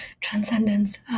transcendence